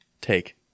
take